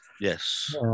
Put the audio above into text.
Yes